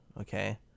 okay